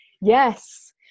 Yes